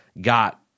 got